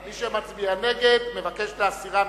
מי שמצביע נגד, מבקש להסיר מסדר-היום.